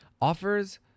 offers